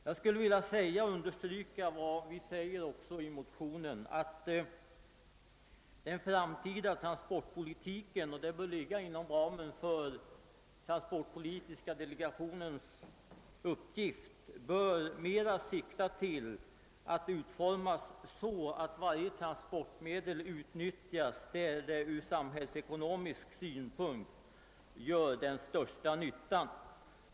Jag skulle vilja understryka vad som i motionen säges om att den framtida transportpolitiken bör utformas så, att varje transportmedel utnyttjas där det från samhällsekonomisk synpunkt gör den största nyttan.